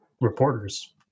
reporters